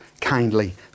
kindly